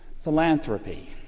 Philanthropy